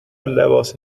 لباس